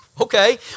Okay